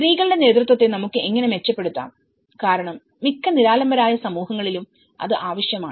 സ്ത്രീകളുടെ നേതൃത്വത്തെ നമുക്ക് എങ്ങനെ മെച്ചപ്പെടുത്താംകാരണം മിക്ക നിരാലംബരായ സമൂഹങ്ങളിലും അത് ആവശ്യമാണ്